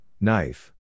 knife